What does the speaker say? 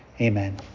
amen